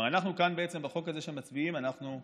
בעצם כאן, בחוק הזה שמצביעים עליו, אנחנו מקילים,